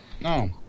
No